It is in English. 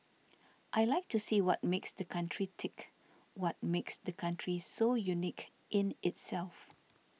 I like to see what makes the country tick what makes the country so unique in itself